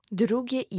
drugie